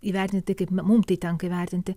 įvertinti tai kaip mum tai tenka įvertinti